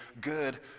good